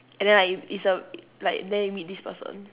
and then right it's a like then you meet this person